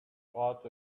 out